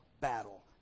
battle